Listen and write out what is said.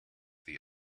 the